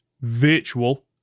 virtual